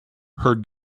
her